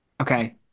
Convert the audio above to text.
okay